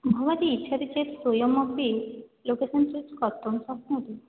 भवती इच्छति चेत् स्वयमपि लोकेशन् सर्च् कर्तुं शक्नोति